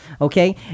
Okay